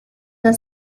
the